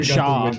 Shaw